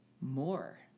more